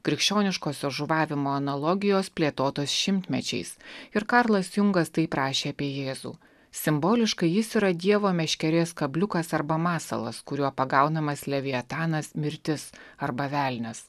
krikščioniškosios žuvavimo analogijos plėtotos šimtmečiais ir karlas jungas taip rašė apie jėzų simboliškai jis yra dievo meškerės kabliukas arba masalas kuriuo pagaunamas leviatanas mirtis arba velnias